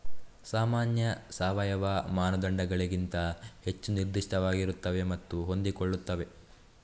ಸಾಮಾನ್ಯ ಸಾವಯವ ಮಾನದಂಡಗಳಿಗಿಂತ ಹೆಚ್ಚು ನಿರ್ದಿಷ್ಟವಾಗಿರುತ್ತವೆ ಮತ್ತು ಹೊಂದಿಕೊಳ್ಳುತ್ತವೆ